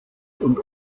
und